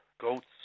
goats